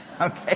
Okay